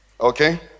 Okay